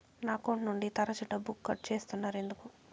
నా అకౌంట్ నుండి తరచు డబ్బుకు కట్ సేస్తున్నారు ఎందుకు